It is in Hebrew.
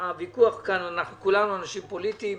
כולנו אנשים פוליטיים,